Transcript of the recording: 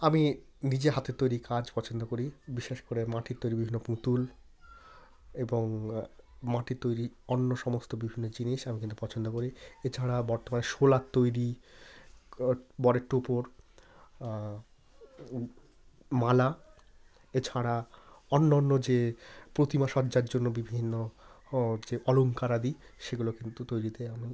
আমি নিজে হাতের তৈরি কাজ পছন্দ করি বিশেষ করে মাটির তৈরি বিভিন্ন পুতুল এবং মাটির তৈরি অন্য সমস্ত বিভিন্ন জিনিস আমি কিন্তু পছন্দ করি এছাড়া বর্তমানে শোলার তৈরি বরের টোপর মালা এছাড়া অন্য অন্য যে প্রতিমা সজ্জার জন্য বিভিন্ন যে অলংকারাদি সেগুলো কিন্তু তৈরিতে আমি